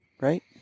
right